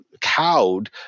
cowed